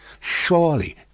surely